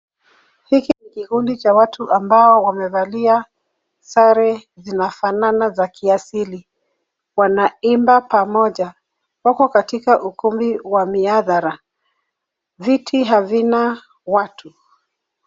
Hiki ni kikundi cha watu ambao wamevalia sare zinafanana za kiasili. Wanaimba pamoja. Wako katika ukumbu wa miadhara. Viti havina watu.